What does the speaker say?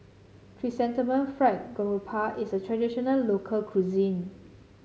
Chrysanthemum Fried Garoupa is a traditional local cuisine